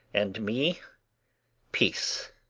and me peace.